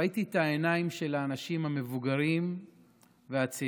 ראיתי את העיניים של האנשים המבוגרים והצעירים,